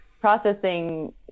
processing